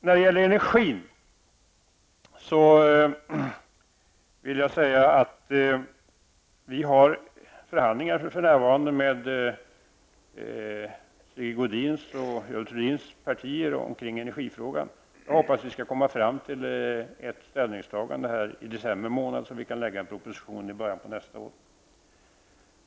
När det gäller energin vill jag säga att vi för närvarande förhandlar med Sigge Godins och Görels Thurdins partier om energifrågan. Jag hoppas att vi skall komma fram till ett ställningstagande i december månad, så att regeringen kan lägga fram en proposition i början av nästa år.